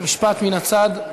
משפט מן הצד.